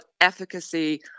efficacy